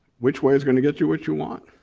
which was is gonna get you what you want?